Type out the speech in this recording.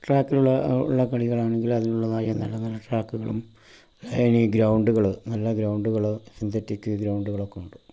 ട്രാക്കിലുള്ള കളികൾ ആണെങ്കിൽ അതിനുള്ളതായ നല്ല നല്ല ട്രാക്കുകളും ഇനി ഗ്രൗണ്ടുകള് നല്ല ഗ്രൗണ്ടുകള് സിന്തറ്റിക് ഗ്രൗണ്ടുകൾ ഒക്കെ ഉണ്ട്